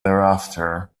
thereafter